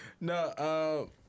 No